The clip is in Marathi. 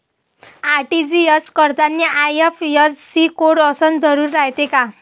आर.टी.जी.एस करतांनी आय.एफ.एस.सी कोड असन जरुरी रायते का?